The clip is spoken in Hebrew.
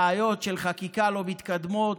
בעיות של חקיקה לא מתקדמות,